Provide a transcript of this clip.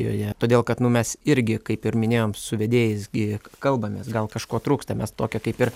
joje todėl kad nu mes irgi kaip ir minėjom su vedėjais gi kalbamės gal kažko trūksta mes tokią kaip ir